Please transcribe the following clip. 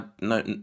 no